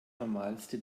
normalste